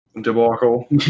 debacle